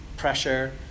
Pressure